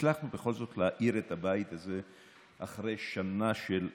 הצלחנו בכל זאת להאיר את הבית הזה אחרי שנה של צעקות.